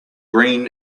green